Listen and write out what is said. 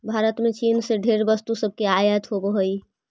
भारत में चीन से ढेर वस्तु सब के आयात होब हई